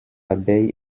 abeilles